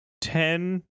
ten